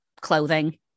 clothing